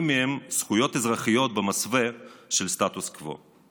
מהם זכויות אזרחיות במסווה של סטטוס קוו.